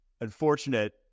unfortunate